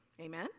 Amen